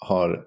Har